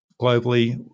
globally